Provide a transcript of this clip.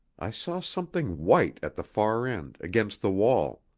i saw something white at the far end, against the wall.